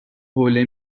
حوله